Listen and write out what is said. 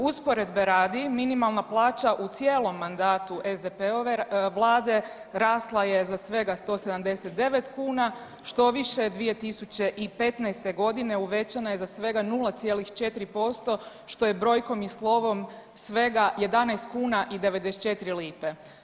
Usporedbe radi minimalna plaća u cijelom mandata SDP-ove vlade rasla je za svega 179 kuna štoviše 2015. godine uvećana je za svega 0,4% što je brojkom i slovom svega 11 i 94 lipe.